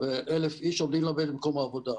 ו-1,000 איש עומדים לאבד את מקום העבודה.